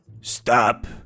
Stop